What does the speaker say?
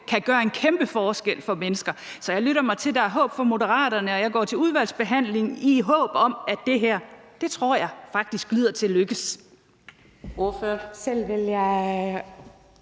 kan gøre en kæmpe forskel for mennesker. Så jeg lytter mig til, at der er håb i forhold til Moderaterne, og jeg går til udvalgsbehandlingen i håbet om, at det her vil lykkes – det lyder det faktisk